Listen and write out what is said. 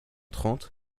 trente